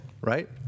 right